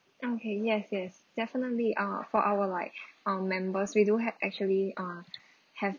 okay yes yes definitely uh for our like um members we do have actually uh have